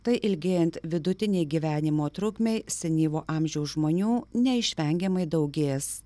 tai ilgėjant vidutinei gyvenimo trukmei senyvo amžiaus žmonių neišvengiamai daugės